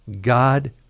God